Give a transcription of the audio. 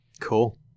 cool